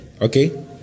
okay